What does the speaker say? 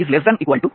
E